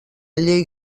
llei